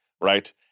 right